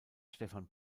stefan